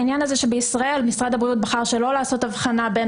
העניין הזה שבישראל משרד הבריאות בחר שלא לעשות הבחנה בין